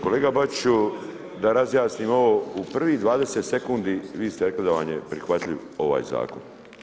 Kolega Bačiću, da razjasnim ovo u prvih 20 sekundi vi ste rekli da vam je prihvatljiv ovaj zakon.